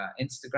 Instagram